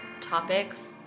topics